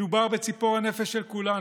מדובר בציפור הנפש של כולנו,